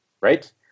right